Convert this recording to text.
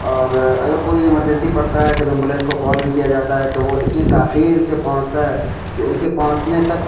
اور اگر کوئی ایمرجنسی پڑتا ہے جب ایمبولینس کو کال بھی کیا جاتا ہے تو وہ اتنی تاخیر سے پہنچتا ہے کہ ان کے پہنچنے تک